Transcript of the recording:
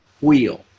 wheel